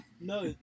No